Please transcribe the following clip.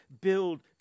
build